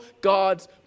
God's